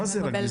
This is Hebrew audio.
מה זה רגיש?